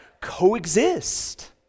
Coexist